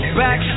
back